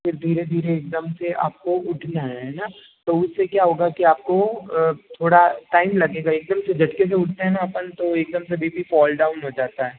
फिर धीरे धीरे एकदम से आपको उठना है न तो उससे क्या होगा कि आपको थोड़ा टाइम लगेगा एकदम से झटके से उठते हैं न अपन तो एकदम से बी पी फॉल डाउन हो जाता है